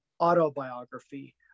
autobiography